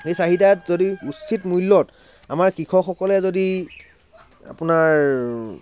সেই চাহিদাত যদি উচিত মূল্যত আমাৰ কৃষকসকলে যদি আপোনাৰ